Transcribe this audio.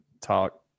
talk